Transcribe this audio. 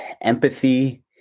empathy